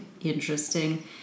interesting